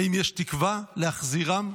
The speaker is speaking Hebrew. האם יש תקווה להחזיר עם?